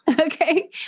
Okay